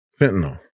fentanyl